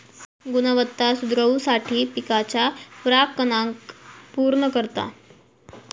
गुणवत्ता सुधरवुसाठी पिकाच्या परागकणांका पुर्ण करता